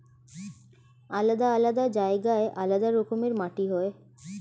আলাদা আলাদা জায়গায় আলাদা রকমের মাটি হয়